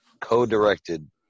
co-directed